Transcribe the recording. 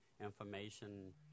information